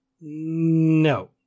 no